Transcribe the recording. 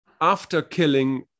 after-killing